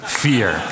fear